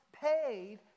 paid